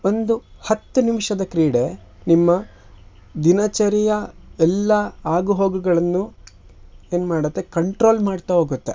ಒಂದು ಹತ್ತು ನಿಮಿಷದ ಕ್ರೀಡೆ ನಿಮ್ಮ ದಿನಚರಿಯ ಎಲ್ಲ ಆಗುಹೋಗುಗಳನ್ನು ಏನು ಮಾಡತ್ತೆ ಕಂಟ್ರೋಲ್ ಮಾಡ್ತಾ ಹೋಗತ್ತೆ